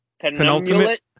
penultimate